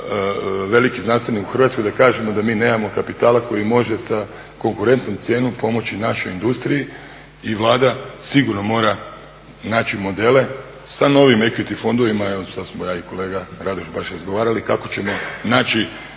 veliki znanstvenik u Hrvatskoj da kažemo da mi nemamo kapitala koji može sa konkurentnom cijenom pomoći našoj industriji i Vlada sigurno mora naći modele sa novim ekviti fondovima, evo sada smo ja i kolega Radoš baš razgovarali kako ćemo naći